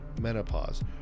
menopause